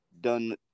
done –